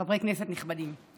חברי כנסת נכבדים,